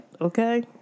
Okay